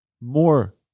more